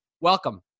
welcome